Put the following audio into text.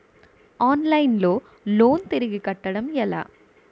Online లో loan తిరిగి కట్టడం ఎలా?